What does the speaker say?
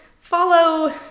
follow